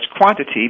quantity